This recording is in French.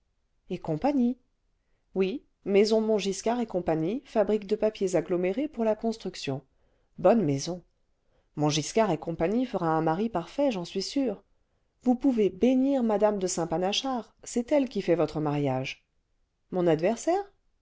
et compagnie oui maison montgiscard et cle fabrique de papiers agglomérés pour la construction bonne maison montgiscard et c e fera un mari parfait j'en suis sûr vous pouvez bénir mme de saint panachard c'est elle qui fait votre mariage mon adversaire